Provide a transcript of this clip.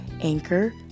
Anchor